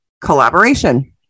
collaboration